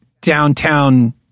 downtown